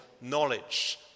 knowledge